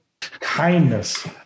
kindness